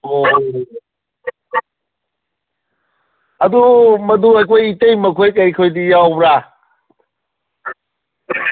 ꯑꯣꯏ ꯑꯗꯨ ꯃꯗꯨ ꯑꯩꯈꯣꯏ ꯏꯇꯩꯃꯈꯣꯏ ꯀꯩꯈꯣꯏꯗꯤ ꯌꯥꯎꯕ꯭ꯔꯥ